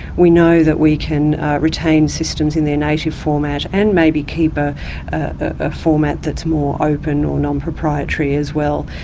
we know that we can retain systems in their native format and maybe keep a ah format that is more open or non-proprietary as well.